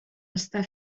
està